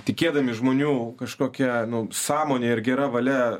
tikėdami žmonių kažkokia nu sąmonė ir gera valia